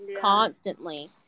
constantly